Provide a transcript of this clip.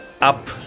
up